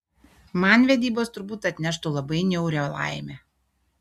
man vedybos turbūt atneštų labai niaurią laimę